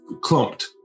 clumped